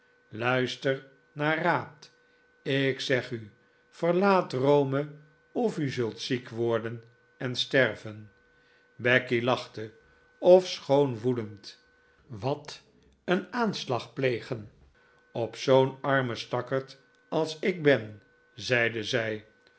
luister naar raad ik zeg u verlaat rome of u zult ziek worden en sterven becky lachte ofschoon woedend wat een aanslag plegen op zoo'n arme stakkerd als ik ben zeide zij